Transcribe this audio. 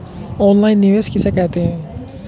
Online निवेश किसे कहते हैं?